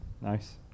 Nice